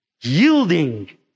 yielding